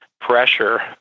pressure